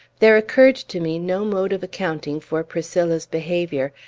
there occurred to me no mode of accounting for priscilla's behavior,